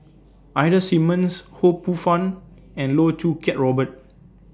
Ida Simmons Ho Poh Fun and Loh Choo Kiat Robert